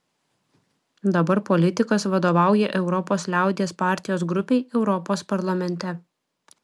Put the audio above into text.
dabar politikas vadovauja europos liaudies partijos grupei europos parlamente